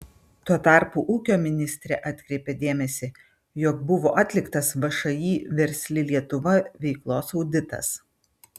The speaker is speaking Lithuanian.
tuo tarpu ūkio ministrė atkreipia dėmesį jog buvo atliktas všį versli lietuva veiklos auditas